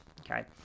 okay